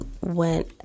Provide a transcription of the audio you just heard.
went